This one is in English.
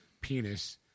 penis